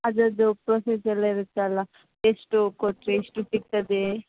ಅದರದ್ದು ಪ್ರೋಸೆಸ್ ಎಲ್ಲ ಇರುತ್ತಲ್ಲ ಎಷ್ಟು ಕೊಟ್ಟರೆ ಎಷ್ಟು ಸಿಗ್ತದೆ